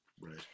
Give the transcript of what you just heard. right